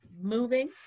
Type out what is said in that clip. moving